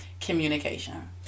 communication